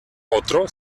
otro